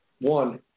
One